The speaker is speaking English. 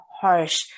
harsh